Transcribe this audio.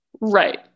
Right